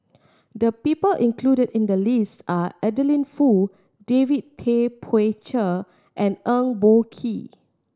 the people included in the list are Adeline Foo David Tay Poey Cher and Eng Boh Kee